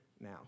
now